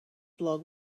blog